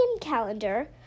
calendar